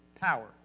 power